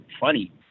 funny